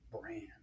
brand